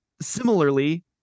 similarly